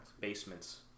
Basements